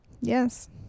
Yes